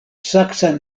saksa